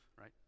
right